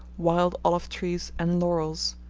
wild olive-trees, and laurels.